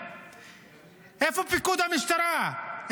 איפה פיקוד המשטרה?